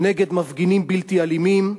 נגד מפגינים בלתי אלימים,